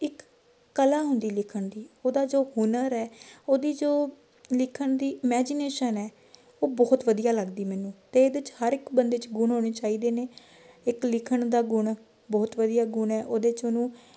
ਇਕ ਕਲਾ ਹੁੰਦੀ ਲਿਖਣ ਦੀ ਉਹਦਾ ਜੋ ਹੁਨਰ ਹੈ ਉਹਦੀ ਜੋ ਲਿਖਣ ਦੀ ਇਮੈਜੀਨੇਸ਼ਨ ਹੈ ਉਹ ਬਹੁਤ ਵਧੀਆ ਲੱਗਦੀ ਮੈਨੂੰ ਅਤੇ ਇਹਦੇ 'ਚ ਹਰ ਇੱਕ ਬੰਦੇ 'ਚ ਗੁਣ ਹੋਣੇ ਚਾਹੀਦੇ ਨੇ ਇੱਕ ਲਿਖਣ ਦਾ ਗੁਣ ਬਹੁਤ ਵਧੀਆ ਗੁਣ ਹੈ ਉਹਦੇ 'ਚ ਉਹਨੂੰ